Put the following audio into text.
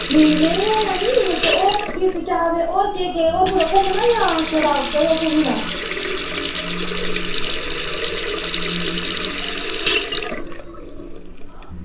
ठीक निं ऐहीं होर केह् केह् घुम्मनै ई जां छड़ा उद्धर गै घुम्मना